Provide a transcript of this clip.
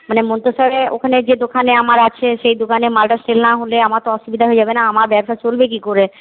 মানে মন্তেশ্বরে ওখানে যে দোকানে আমার আছে সেই দোকানে মালটা সেল না হলে আমার তো অসুবিধা হয়ে যাবে না আমার ব্যবসা চলবে কি করে